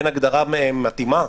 שאין הגדרה מתאימה?